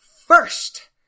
First